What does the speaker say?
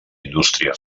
indústria